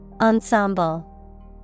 Ensemble